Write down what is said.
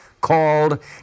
called